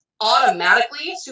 automatically